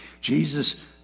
Jesus